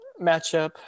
matchup